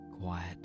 quiet